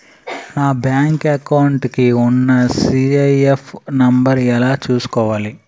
నా bank account కి ఉన్న సి.ఐ.ఎఫ్ నంబర్ ఎలా చూసుకోవాలి?